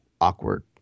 awkward